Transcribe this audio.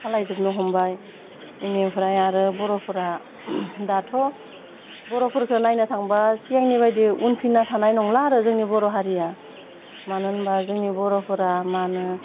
खालायजोबनो हमबाय बिनिफ्राय आरो बर'फ्रा दाथ' बर'फोरखौ नायनो थांबा सिगांनि बायदि उनफिन्ना थानाय नंला आरो जोंनि बर' हारिया मानो होनबा जोंनि बर'फोरा मा होनो